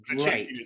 right